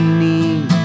need